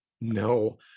No